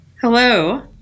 Hello